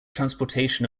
transportation